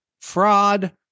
fraud